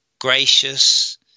gracious